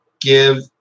give